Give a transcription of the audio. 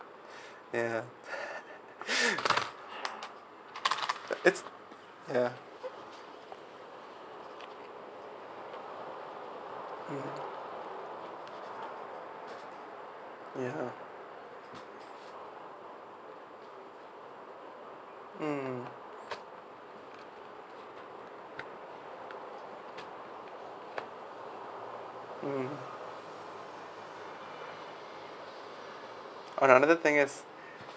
ya it's ya mmhmm ya mm mm oh no another thing is